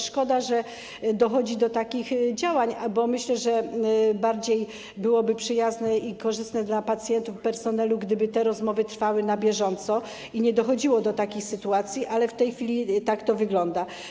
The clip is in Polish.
Szkoda, że dochodzi do takich działań, bo myślę, że bardziej byłoby przyjazne i korzystne dla pacjentów, personelu, gdyby te rozmowy trwały na bieżąco i gdyby nie dochodziło do takich sytuacji, ale w tej chwili tak to wygląda.